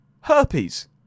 Herpes